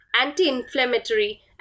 anti-inflammatory